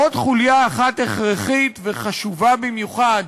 עוד חוליה אחת הכרחית וחשובה במיוחד